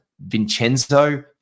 Vincenzo